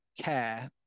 care